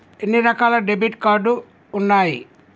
ఎన్ని రకాల debit card ఉన్నాయి?